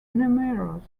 numerous